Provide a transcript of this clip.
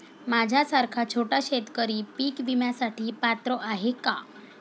माझ्यासारखा छोटा शेतकरी पीक विम्यासाठी पात्र आहे का?